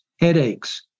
headaches